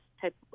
type